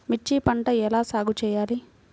మిర్చి పంట ఎలా సాగు చేయాలి?